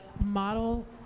Model